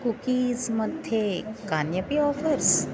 cookies मध्ये कान्यपि offers